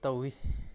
ꯇꯧꯋꯤ